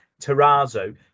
Terrazzo